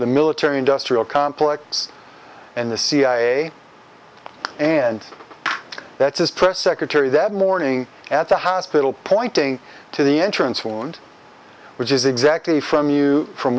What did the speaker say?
the military industrial complex and the cia and that's as press secretary that morning at the hospital pointing to the entrance wound which is exactly from you from